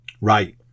Right